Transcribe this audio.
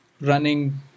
running